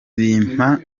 bimpa